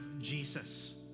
Jesus